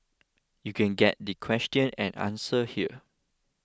you can get the question and answer here